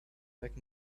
back